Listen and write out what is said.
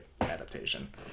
adaptation